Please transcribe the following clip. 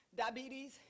diabetes